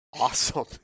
awesome